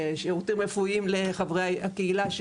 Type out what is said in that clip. שירותים רפואיים לחברי הקהילה,